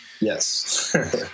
yes